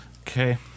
Okay